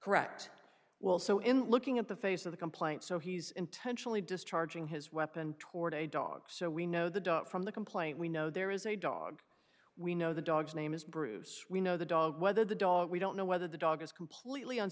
correct well so in looking at the face of the complaint so he's intentionally discharging his weapon toward a dog so we know the dog from the complaint we know there is a dog we know the dog's name is bruce we know the dog whether the dog we don't know whether the dog is completely